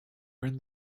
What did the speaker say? turn